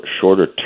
shorter